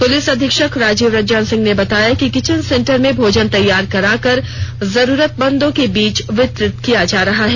police अधीक्षक राजीव रंजन सिंह ने बताया कि किचन सेंटर में भोजन तैयार कराकर जरूरतमंदों के बीच वितरण किया जा रहा है